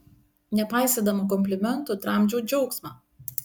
nepaisydama komplimentų tramdžiau džiaugsmą